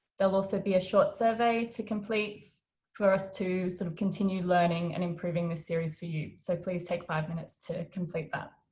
there will so be a short survey to complete for us to sort of continue learning and improving this series for you. so please take five minutes to complete that.